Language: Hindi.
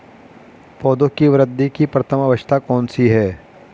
पौधों की वृद्धि की प्रथम अवस्था कौन सी है?